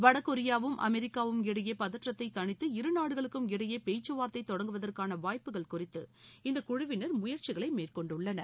வடகொரியாவுக்கும் அமெரிக்காவும் இடையே பதற்றத்தை தணித்து இரு நாடுகளுக்கும் இடையே பேச்சுவார்த்தை தொடங்குவதற்கான வாய்ப்புகள் குறித்து இந்த குழுவினர் முயற்சிகளை மேற்கொண்டுள்ளனர்